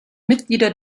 mitglieder